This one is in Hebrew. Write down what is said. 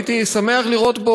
הייתי שמח לראות פה,